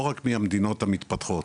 לא רק מהמדינות המתפתחות,